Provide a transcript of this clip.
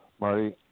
Marty